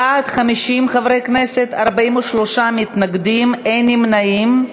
בעד, 50 חברי כנסת, 43 מתנגדים, אין נמנעים.